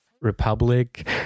republic